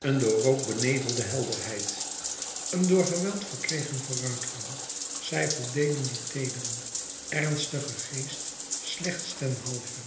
een door rook benevelde helderheid een door geweld verkregen vooruitgang zij voldeden dien teederen ernstigen geest slechts ten halve